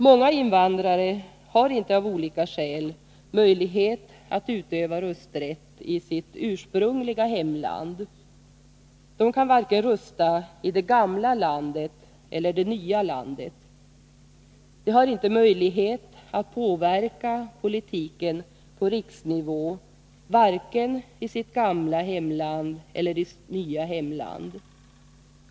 Många invandrare har av olika skäl inte möjlighet att utöva rösträtt i sitt ursprungliga hemland. De kan inte rösta vare sig i det gamla landet eller i det nya landet. De har inte möjlighet att påverka politiken på riksnivå vare sig i sitt gamla hemland eller i sitt nya hemland.